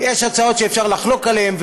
יש הצעות שאפשר לחלוק עליהן,